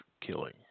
killing